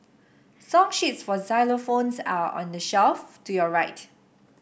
song sheets for xylophones are on the shelf to your right